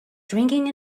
drinking